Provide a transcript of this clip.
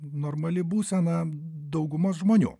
normali būsena daugumos žmonių